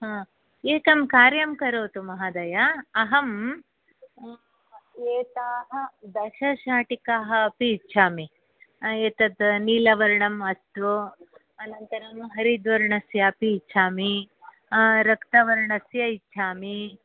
हा एकं कार्यं करोतु महोदय अहम् एताः दश शाटिकाः अपि इच्छामि एतत् नीलवर्णम् अस्तु अनन्तरं हरिद्वर्णस्य अपि इच्छामि रक्तवर्णस्य इच्छामि